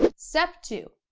but step two,